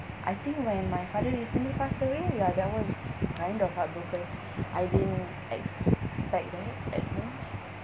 I think when my father recently passed away ya that was kind of heartbroken I didn't expect that at most